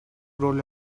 rol